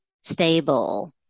stable